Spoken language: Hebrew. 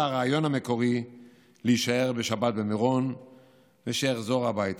הרעיון המקורי להישאר בשבת במירון ושאחזור הביתה.